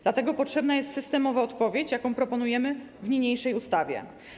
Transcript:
Dlatego potrzebna jest systemowa odpowiedź, jaką proponujemy w niniejszej ustawie.